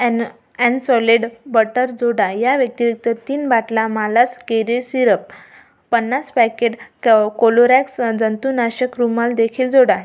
and unsalted butter जोडा याव्यतिरिक्त तीन बाटला मालास कैरी स् सिरप पन्नास पॅकेट क कोलोरॅक्स जंतूनाशक रुमालदेखील जोडा